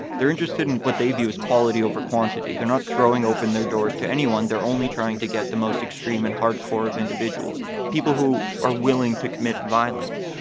they're interested in what they view as quality over quantity. they're not throwing open their doors to anyone they're only trying to get the most extreme and hardcore of individuals, individuals, people who are willing to commit violence.